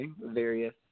various